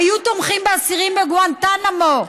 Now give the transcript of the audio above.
היו תומכים באסירים בגואנטנמו.